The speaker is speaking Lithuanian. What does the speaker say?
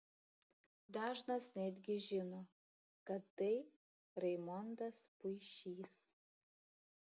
dažnas netgi žino kad tai raimondas puišys